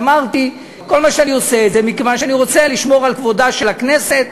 אמרתי: כל מה שאני עושה זה מכיוון שאני רוצה לשמור על כבודה של הכנסת,